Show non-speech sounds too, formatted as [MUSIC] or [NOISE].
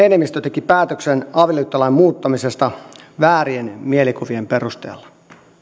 [UNINTELLIGIBLE] enemmistö teki päätöksen avioliittolain muuttamisesta väärien mielikuvien perusteella